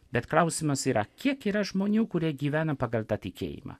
bet klausimas yra kiek yra žmonių kurie gyvena pagal tą tikėjimą